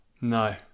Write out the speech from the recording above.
No